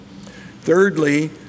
Thirdly